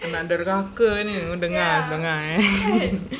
anak derhaka ni lu dengar eh dengar eh